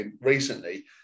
recently